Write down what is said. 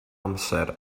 amser